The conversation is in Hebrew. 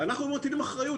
אנחנו מטילים אחריות,